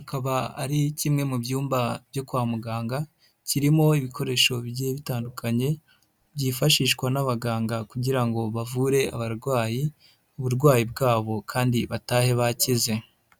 akaba ari kimwe mu byumba byo kwa muganga, kirimo ibikoresho bitandukanye, byifashishwa n'abaganga kugira ngo bavure abarwayi, uburwayi bwabo kandi batahe bakize.